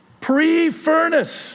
pre-furnace